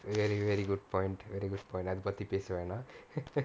very very good point very good point அத பத்தி பேச வேண்டாம்:atha pathi pesa vendaam